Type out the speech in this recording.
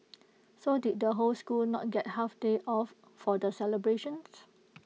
so did the whole school not get half day off for the celebrations